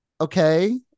okay